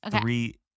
three